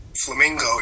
Flamingo